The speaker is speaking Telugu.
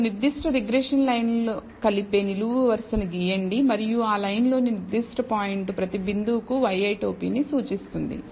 మీరు నిర్దిష్ట రిగ్రెషన్ లైన్ కలిపే నిలువు వరుసను గీయండి మరియు ఆ లైన్లోని నిర్దిష్ట పాయింట్ ప్రతి బిందువుకు yi టోపీని సూచిస్తుంది